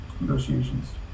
negotiations